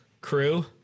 crew